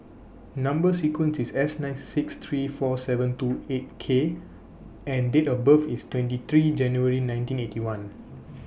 Number sequence IS S nine six three four seven two eight K and Date of birth IS twenty three January nineteen Eighty One